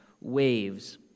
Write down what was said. waves